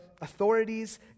authorities